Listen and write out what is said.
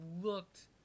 Looked